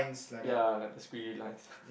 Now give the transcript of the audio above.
ya like the spirit lies